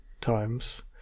times